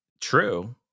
true